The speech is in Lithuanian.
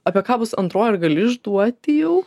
apie ką bus antroji ar gali išduoti jau